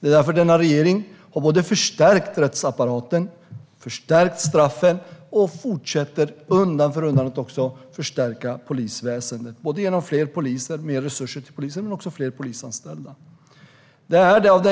Det är därför denna regering har förstärkt rättsapparaten, förstärkt straffen och undan för undan fortsätter att förstärka polisväsendet, både genom fler poliser och mer resurser till polisen, liksom också fler polisanställda. Om